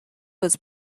was